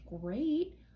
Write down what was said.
great